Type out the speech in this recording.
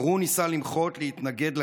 הארון ניסה למחות, להתנגד לגזל,